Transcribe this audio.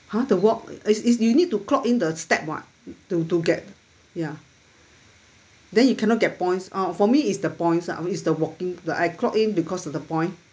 !huh! the walk it's it's you need to clock in the step [what] to to get ya then you cannot get points out for me it's the points ah it's the walking I clock in because of the point